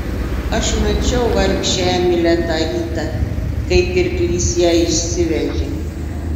aš mačiau vargšę emilę tą rytą kai pirklys ją išsivežė